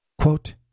Quote